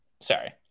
Sorry